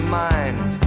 mind